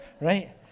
right